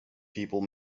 people